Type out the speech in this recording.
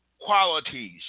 qualities